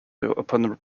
upon